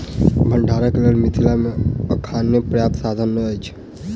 भंडारणक लेल मिथिला मे अखनो पर्याप्त साधन नै अछि